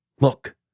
Look